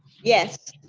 yes.